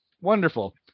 wonderful